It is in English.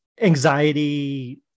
anxiety